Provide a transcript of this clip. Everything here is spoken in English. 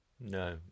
No